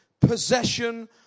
possession